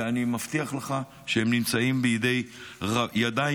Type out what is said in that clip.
ואני מבטיח לך שהם נמצאים בידי ידיים